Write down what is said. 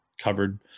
covered